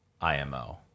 IMO